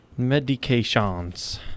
Medications